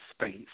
space